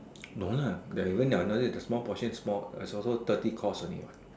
no lah the you mean the the small portion is small is also thirty course only what